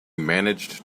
managed